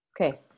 Okay